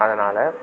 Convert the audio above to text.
அதனால்